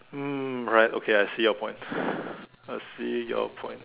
mm right okay I see your point I see your point